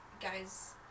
guys